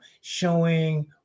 showing